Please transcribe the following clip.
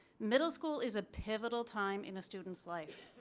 middle school is a pivotal time in a student's life.